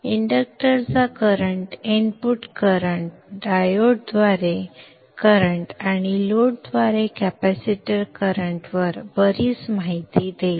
इंडक्टरचा current input current डायोडद्वारे प्रवाह आणि लोडद्वारे कॅपेसिटन्स करंटवर बरीच माहिती देईल